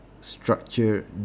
structure